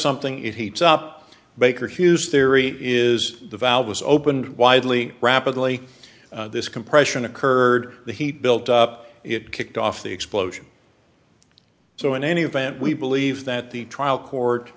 something it heats up baker hughes theory is the valve was opened widely rapidly this compression occurred the heat built up it kicked off the explosion so in any event we believe that the trial